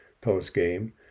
post-game